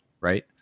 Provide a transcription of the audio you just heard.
Right